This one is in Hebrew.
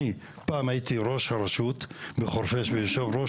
אני פעם הייתי ראש הרשות בחורפיש ויושב-ראש